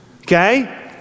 Okay